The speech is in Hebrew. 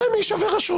אז רמ"י היא רשות.